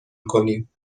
کنیم